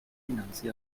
dinanzi